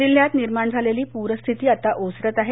जिल्ह्यात निर्माण झालेली पूर स्थिती आता ओसरत आहे